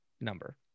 number